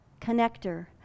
connector